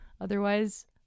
otherwise